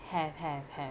have have have